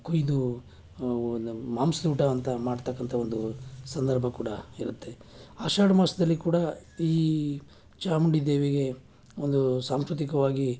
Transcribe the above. ಕುಯ್ದು ಒಂದು ಮಾಂಸದೂಟ ಅಂತ ಮಾಡ್ತಕ್ಕಂಥ ಒಂದು ಸಂದರ್ಭ ಕೂಡ ಇರುತ್ತೆ ಆಷಾಢ ಮಾಸದಲ್ಲಿ ಕೂಡ ಈ ಚಾಮುಂಡಿ ದೇವಿಗೆ ಒಂದು ಸಾಂಸ್ಕೃತಿಕವಾಗಿ